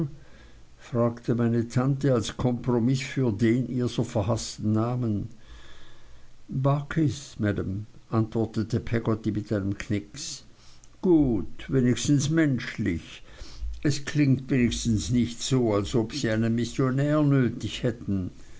fragte meine tante als kompromiß für den ihr so verhaßten namen barkis maam antwortete peggotty mit einem knix gut wenigstens menschlich es klingt wenigstens nicht so als ob sie einen missionär nötig hätten